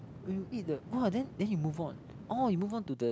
when you eat the !wah! then then you move on orh you move on to the